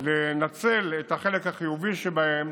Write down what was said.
לנצל את החלק החיובי שבהם,